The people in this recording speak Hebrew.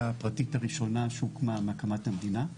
הפרטית הראשונה שהוקמה מאז הקמת המדינה.